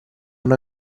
una